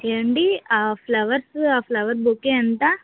ఏమండి ఆ ఫ్లవర్స్ ఆ ఫ్లవర్ బొకే ఎంత